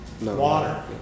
Water